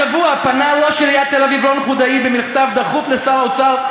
השבוע פנה ראש עיריית תל-אביב רון חולדאי במכתב דחוף לשר האוצר,